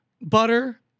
butter